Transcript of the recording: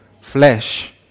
flesh